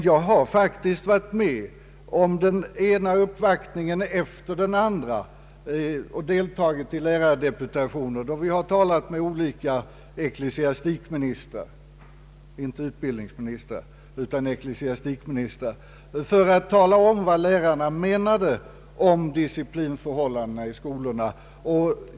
Jag har varit med om den ena uppvaktningen efter den andra med lärardeputationer då vi talat med ecklesiastikministrar — inte utbildningsministrar — om vad lärarna menade om disciplinförhållandena i skolorna.